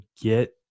get